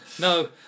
No